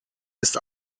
ist